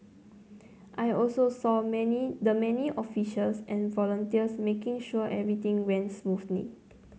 I also saw many the many officials and volunteers making sure everything ran smoothly